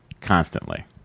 constantly